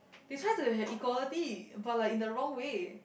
they try to have equality but like in the wrong way